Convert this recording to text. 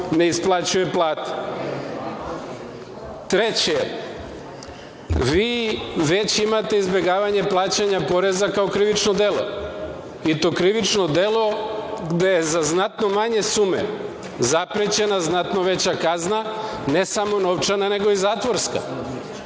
ne isplaćuje platu..Treće, vi već imate izbegavanje plaćanja poreza kao krivično delo i to krivično delo gde za znatno manje sume zaprećena znatno veća kazna, ne samo novčana, nego i zatvorska.